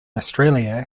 australia